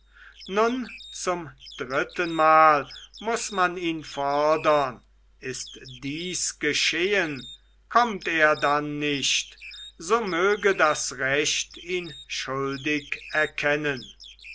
nun zum drittenmal muß man ihn fordern ist dieses geschehen kommt er dann nicht so möge das recht ihn schuldig erkennen